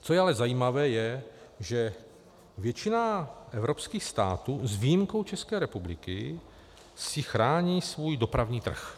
Co je ale zajímavé, je, že většina evropských států s výjimkou České republiky si chrání svůj dopravní trh.